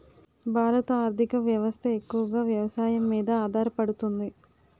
భారత ఆర్థిక వ్యవస్థ ఎక్కువగా వ్యవసాయం మీద ఆధారపడుతుంది